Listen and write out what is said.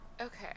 Okay